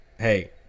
hey